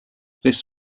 this